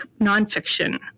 nonfiction